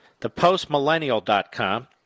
ThePostMillennial.com